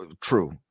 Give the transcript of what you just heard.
True